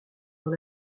dans